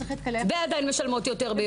ועדיין משלמות יותר.